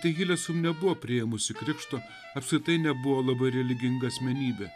tai hileson nebuvo priėmusi krikšto apskritai nebuvo labai religinga asmenybė